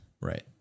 right